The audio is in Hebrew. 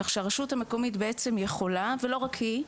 כך שהרשות יכולה ולא רק היא,